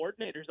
coordinators